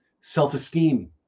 self-esteem